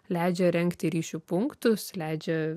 leidžia įrengti ryšių punktus leidžia